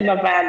מילים.